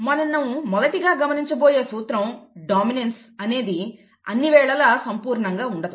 మనం మొదటిగా గమనించబోయే సూత్రం డామినెన్స్ అనేది అన్ని వేళలా సంపూర్ణంగా ఉండదు